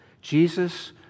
Jesus